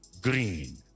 Green